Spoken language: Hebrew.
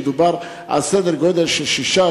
שמדובר על סדר גודל של 6,